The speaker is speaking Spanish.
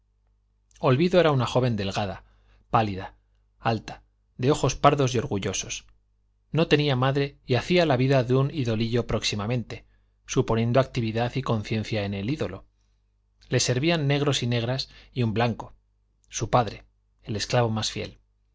olvido era una joven delgada pálida alta de ojos pardos y orgullosos no tenía madre y hacía la vida de un idolillo próximamente suponiendo actividad y conciencia en el ídolo la servían negros y negras y un blanco su padre el esclavo más fiel